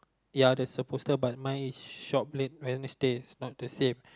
ya there's a poster but mine is shoplift is a mistake is not to save